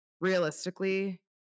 realistically